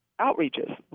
outreaches